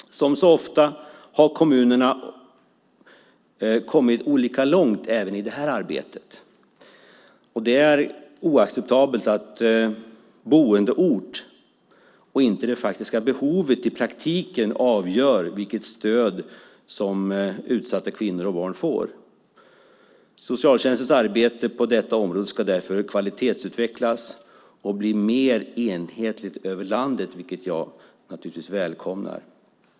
Som så ofta har kommunerna kommit olika långt även i det här arbetet. Det är oacceptabelt att bostadsort och inte det faktiska behovet i praktiken avgör vilket stöd som utsatta kvinnor och barn får. Socialtjänstens arbete på detta område ska därför kvalitetsutvecklas och bli mer enhetligt över landet, vilket jag välkomnar.